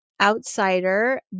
outsider